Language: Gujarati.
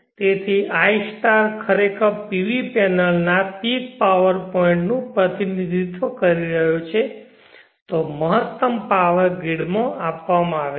તેથી જો i ખરેખર PV પેનલના પીક પાવર પોઇન્ટનું પ્રતિનિધિત્વ કરી રહ્યો છે તો મહત્તમ પાવર ગ્રીડમાં આપવામાં આવે છે